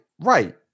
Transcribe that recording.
right